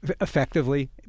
effectively